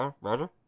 Roger